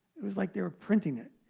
it was like they were printing it.